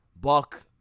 Buck